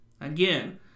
Again